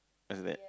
isn't it